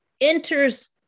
enters